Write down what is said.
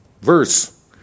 verse